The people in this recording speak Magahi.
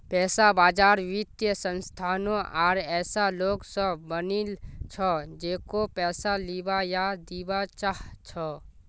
पैसा बाजार वित्तीय संस्थानों आर ऐसा लोग स बनिल छ जेको पैसा लीबा या दीबा चाह छ